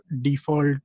default